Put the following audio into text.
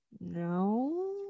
No